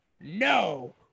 No